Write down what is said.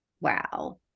wow